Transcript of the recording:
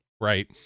right